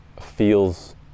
feels